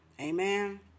Amen